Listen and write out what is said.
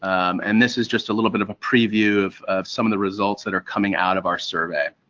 and this is just a little bit of a preview of of some of the results that are coming out of our survey.